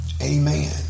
amen